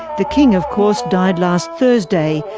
the king of course died last thursday,